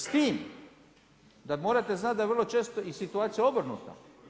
S tim, da morate znati da je vrlo često i situacija obrnuta.